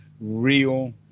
real